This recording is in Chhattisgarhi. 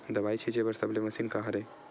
दवाई छिंचे बर सबले मशीन का हरे?